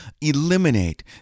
eliminate